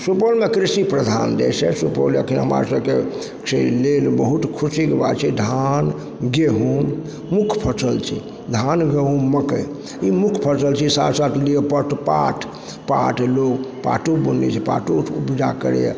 सुपौल कृषि प्रधान देश अछि सुपौल एखन हमरा सबके तै लेल बहुत खुशीके बात छियै धान गेहूँ मुख्य फसल छै धान गेहूँ मकई ई मुख्य फसल छियै सहरसाके लिये पाट पाट लो पाटो बनय छै पाटो लोक उपजा करइए